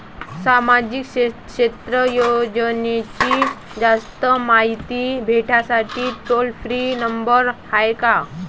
सामाजिक क्षेत्र योजनेची जास्त मायती भेटासाठी टोल फ्री नंबर हाय का?